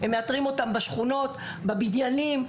הם מאתרים אותם בשכונות, בבניינים.